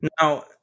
now